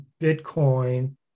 Bitcoin